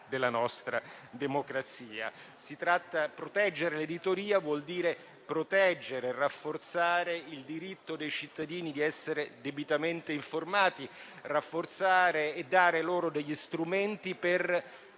della nostra democrazia intervenendo con risorse pubbliche. Proteggere l'editoria vuol dire proteggere e rafforzare il diritto dei cittadini di essere debitamente informati, rafforzare e dare loro degli strumenti per